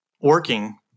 working